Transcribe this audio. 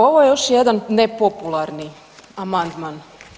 Ovo je još jedan nepopularni amandman.